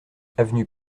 avenue